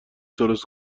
درست